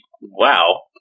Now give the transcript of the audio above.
wow